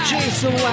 Jason